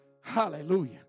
Hallelujah